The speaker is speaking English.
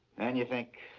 then, you think.